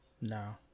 No